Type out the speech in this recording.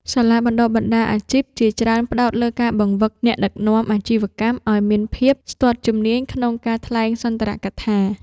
សាលាបណ្ដុះបណ្ដាលអាជីព ជាច្រើនផ្ដោតលើការបង្វឹកអ្នកដឹកនាំអាជីវកម្មឱ្យមានភាពស្ទាត់ជំនាញក្នុងការថ្លែងសន្ទរកថា។